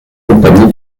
compagnie